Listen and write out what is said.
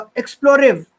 explorative